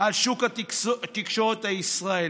על שוק התקשורת הישראלי.